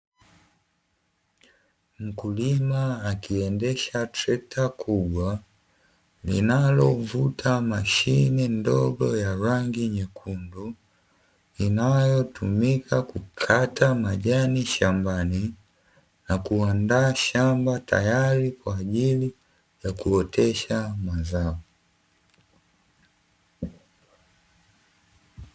Mkulima akiendesha trekta kubwa linalovuta mashine ndogo ya rangi nyekundu, inayotumika kukata majani shambani na kuandaa shamba tayari kwa ajili ya kuotesha mazao.